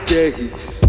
days